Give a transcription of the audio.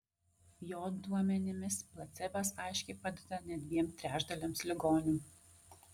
jo duomenimis placebas aiškiai padeda net dviem trečdaliams ligonių